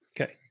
Okay